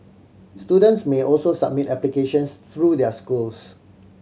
students may also submit applications through their schools